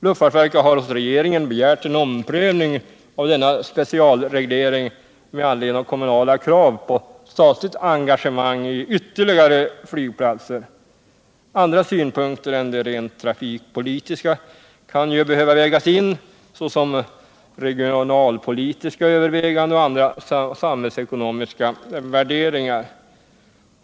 Luftfartsverket har hos regeringen begärt en omprövning av denna specialreglering med anledning av kommunala krav på statligt engagemang i ytterligare flygplatser. Andra synpunkter än de rent trafikpolitiska kan behöva vägas in, såsom regionalpolitiska överväganden och andra samhällsekonomiska värderingar.